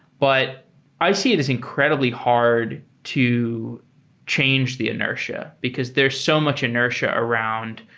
but i see it as incredibly hard to change the inertia, because there's so much inertia around,